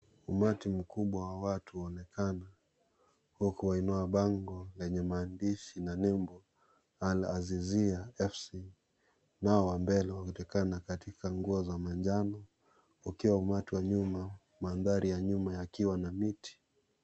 Umati mkubwa wa watu huonekana ,huku wainua bango lenye maandishi na nembo " Al Asisia FC" nao wa mbele waonekana katika nguo za manjano ukiwa umati wa nyuma, na maandhari ya nyuma yakionekana yakiwa na miti.